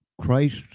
Christ